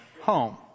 home